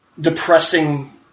depressing